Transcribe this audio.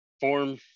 form